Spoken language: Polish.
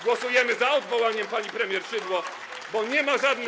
Głosujemy za odwołaniem pani premier Szydło, bo nie ma żadnych.